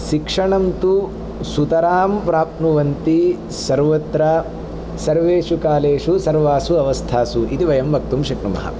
शिक्षणं तु सुतरां प्राप्नुवन्ति सर्वत्र सर्वेषु कालेषु सर्वासु अवस्थासु इति वयं वक्तुं शक्नुमः